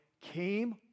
came